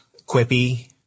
Quippy